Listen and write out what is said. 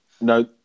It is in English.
No